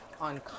on